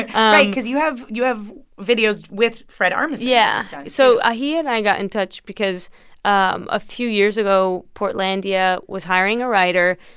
because you have you have videos with fred armisen yeah. so he and i got in touch because um a few years ago, portlandia was hiring a writer,